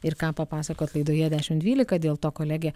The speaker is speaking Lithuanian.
ir ką papasakoti laidoje dešimt dvylika dėl to kolegė